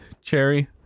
cherry